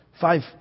Five